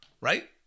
Right